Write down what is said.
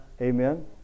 Amen